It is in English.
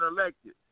elected